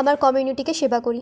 আমার কমিউনিটিকে সেবা করি